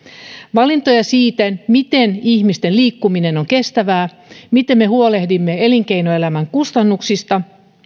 valintoja siitä miten ihmisten liikkuminen on kestävää miten me huolehdimme elinkeinoelämän kustannuksista